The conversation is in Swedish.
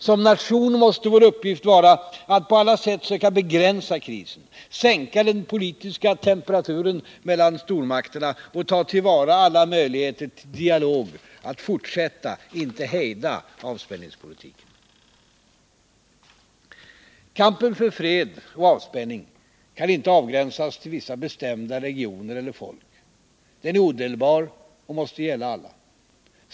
Som nation måste vår uppgift vara att på alla sätt söka begränsa krisen, sänka den politiska temperaturen mellan stormakterna och ta till vara alla möjligheter till dialog — att fortsätta, inte hejda, avspänningspolitiken. Kampen för fred och avspänning kan inte avgränsas till vissa bestämda regioner eller folk. Den är odelbar och måste gälla alla.